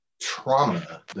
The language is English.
trauma